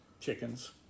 chickens